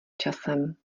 časem